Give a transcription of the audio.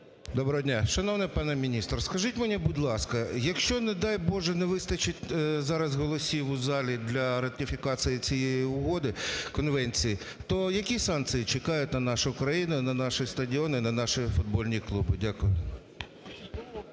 Доброго дня! Шановний пане міністр, скажіть мені, будь ласка. Якщо, не дай Боже, невистачить зараз голосів у залі для ратифікації цієї угоди, конвенції, то які санкції чекають на нашу країну, на наші стадіони, на наші футбольні клуби? Дякую.